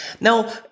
Now